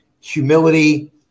humility